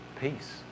Peace